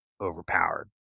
overpowered